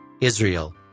Israel